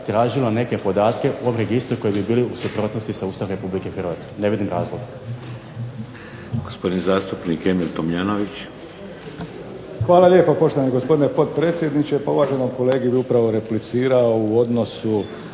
tražila neke podatke u ovom registru koji bi bili u suprotnosti sa Ustavom RH, ne vidim razloga.